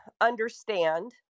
understand